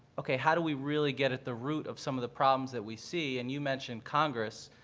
okay, how do we really get at the root of some of the problems that we see, and you mentioned congress,